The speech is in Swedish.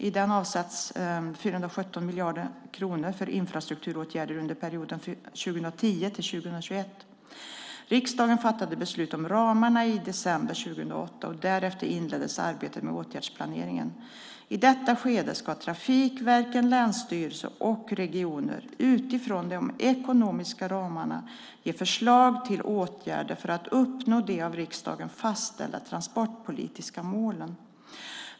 I den avsätts 417 miljarder kronor för infrastrukturåtgärder under perioden 2010-2021. Riksdagen fattade beslut om ramarna i december 2008, och därefter inleddes arbetet med åtgärdsplaneringen. I detta skede ska trafikverken, länsstyrelser och regioner utifrån de ekonomiska ramarna ge förslag till åtgärder för att uppnå de av riksdagen fastställda transportpolitiska målen.